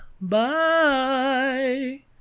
Bye